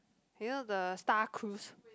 you know the star cruise